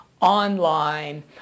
online